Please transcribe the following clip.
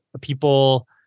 People